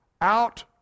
out